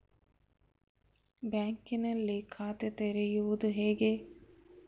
ಬ್ಯಾಂಕಿನಲ್ಲಿ ಖಾತೆ ತೆರೆಯುವುದು ಹೇಗೆ?